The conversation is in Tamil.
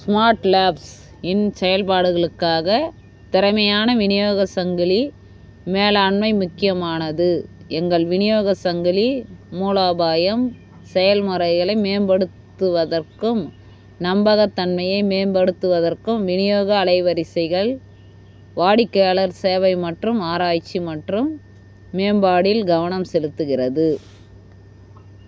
ஸ்மார்ட் லேப்ஸ் இன் செயல்பாடுகளுக்காக திறமையான விநியோகச் சங்கிலி மேலாண்மை முக்கியமானது எங்கள் விநியோகச் சங்கிலி மூலோபாயம் செயல்முறைகளை மேம்படுத்துவதற்கும் நம்பகத்தன்மையை மேம்படுத்துவதற்கும் விநியோக அலைவரிசைகள் வாடிக்கையாளர் சேவை மற்றும் ஆராய்ச்சி மற்றும் மேம்பாடில் கவனம் செலுத்துகிறது